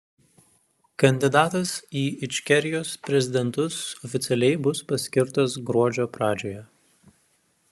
kandidatas į ičkerijos prezidentus oficialiai bus paskirtas gruodžio pradžioje